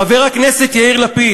חבר הכנסת יאיר לפיד,